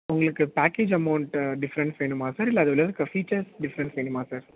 உங்ளுக்கு package amount difference வேணுமா sir இல்லை அதில் இருக்க ஃபீச்சர்ஸ் டிஃப்ரன்ஸ் வேணுமா சார்